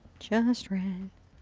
just red.